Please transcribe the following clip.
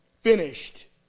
finished